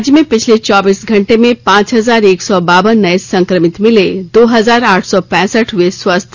राज्य में पिछले चौबीस घंटे में पांच हजार एक सौ बावन नये संक्रमित मिले दो हजार आठ सौ पैसठ हुए स्वस्थ्य